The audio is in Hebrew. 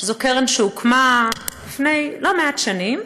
שזו קרן שהוקמה לפני לא מעט שנים,